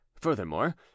furthermore